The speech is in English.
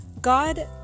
God